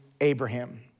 Abraham